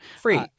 Free